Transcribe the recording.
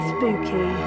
Spooky